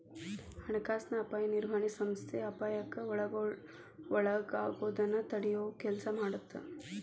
ಹಣಕಾಸಿನ ಅಪಾಯ ನಿರ್ವಹಣೆ ಸಂಸ್ಥೆ ಅಪಾಯಕ್ಕ ಒಳಗಾಗೋದನ್ನ ತಡಿಯೊ ಕೆಲ್ಸ ಮಾಡತ್ತ